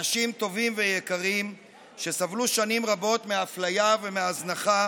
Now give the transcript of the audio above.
אנשים טובים ויקרים שסבלו שנים רבות מאפליה ומהזנחה,